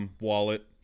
wallet